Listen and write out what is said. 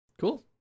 Cool